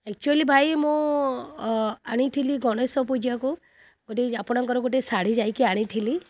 actually ଭାଇ ମୁଁ ଆଣିଥିଲି ଗଣେଶ ପୂଜାକୁ ଗୋଟେ ଆପଣଙ୍କର ଗୋଟେ ଶାଢ଼ୀ ଯାଇକି ଆଣିଥିଲି